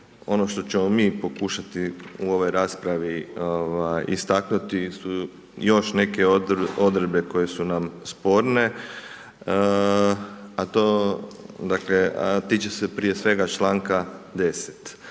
Ono što ćemo mi pokušati u ovoj raspravi ovaj istaknuti su još neke odredbe koje su nam sporne, a to dakle tiče se prije svega članka 10.